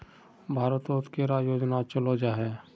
भारत तोत कैडा योजना चलो जाहा?